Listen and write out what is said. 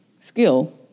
skill